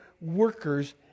workers